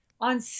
on